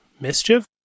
mischief